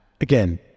again